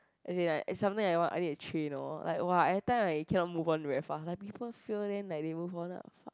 as in like it's something I want I need to train lor like !wah! every time I cannot move on very fast like people fail then like they move on lah